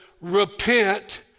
repent